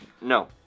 no